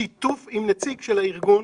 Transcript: בשיתוף עם נציג של הארגון,